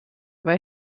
war